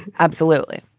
absolutely.